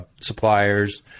suppliers